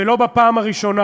ולא בפעם הראשונה,